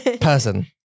person